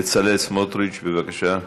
בצלאל סמוטריץ, בבקשה,